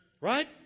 right